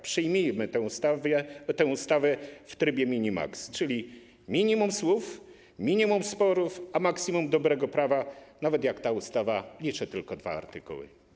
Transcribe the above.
Przyjmijmy tę ustawę w trybie mini-max, czyli minimum słów, minimum sporów, a maksimum dobrego prawa, nawet jak ta ustawa liczy tylko dwa artykuły.